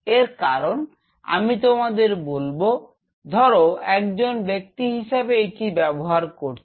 এর কারণ আমি তোমাদের বলবো ধরো একজন ব্যক্তি হিসেবে এটি ব্যবহার করছ